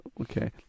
Okay